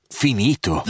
finito